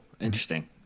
Interesting